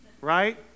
right